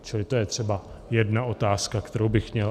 Čili to je třeba jedna otázka, kterou bych měl.